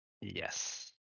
Yes